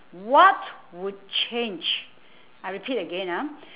what would change I repeat again ah